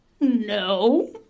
no